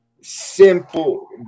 simple